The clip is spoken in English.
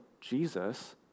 Jesus